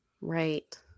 right